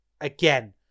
again